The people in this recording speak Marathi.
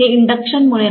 हे इंडक्शनमुळे नाही